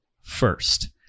first